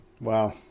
Wow